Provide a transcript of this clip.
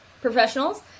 professionals